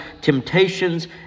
temptations